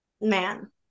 Man